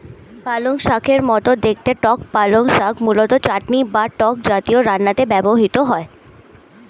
পালংশাকের মতো দেখতে টক পালং শাক মূলত চাটনি বা টক জাতীয় রান্নাতে ব্যবহৃত হয়